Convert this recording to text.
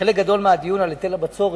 חלק גדול מהדיון על היטל הבצורת,